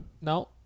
no